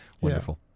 Wonderful